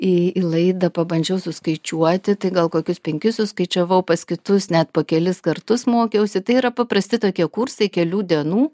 į į laidą pabandžiau suskaičiuoti tai gal kokius penkis suskaičiavau pas kitus net po kelis kartus mokiausi tai yra paprasti tokie kursai kelių dienų